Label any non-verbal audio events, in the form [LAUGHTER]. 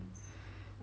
[BREATH]